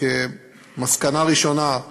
כמסקנה ראשונה,